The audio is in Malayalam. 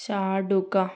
ചാടുക